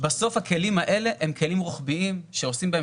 בסוף הכלים האלה הם כלים רוחביים שעושים בהם